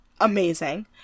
Amazing